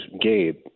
Gabe